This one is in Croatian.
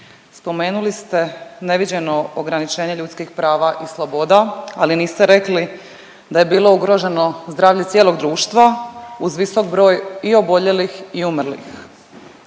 spomenuli ste neviđeno ograničenje ljudskih prava i sloboda ali niste rekli da je bilo ugroženo zdravlje cijelog društva uz visok broj i oboljelih i umrlih.